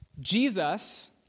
Jesus